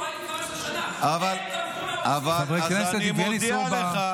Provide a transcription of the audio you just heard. אתה יכול להגיד, סליחה, חברת הכנסת מירב בן ארי.